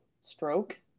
stroke